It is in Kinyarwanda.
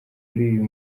uyu